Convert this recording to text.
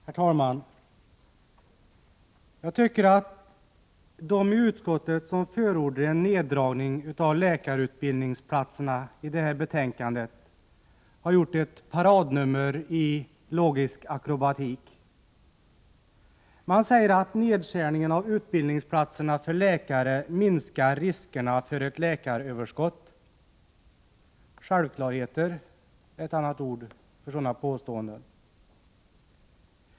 Herr talman! Jag tycker att de i utskottet som i detta betänkande förordar en neddragning av läkarutbildningsplatserna har gjort ett paradnummer i logisk akrobatik. Man säger att en nedskärning av utbildningsplatserna för läkare minskar riskerna för ett läkaröverskott. Självklarheter är ett ord för sådana påståenden.